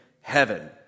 heaven